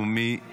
למה?